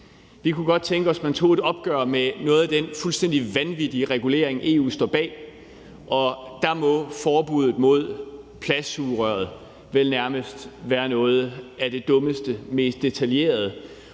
Vi kunne godt tænke os, at man tog et opgør med noget af den fuldstændig vanvittige regulering, EU står bag, og der må forbuddet mod plastsugerøret vel nærmest være noget af det dummeste, mest detaljerede,